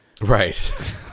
right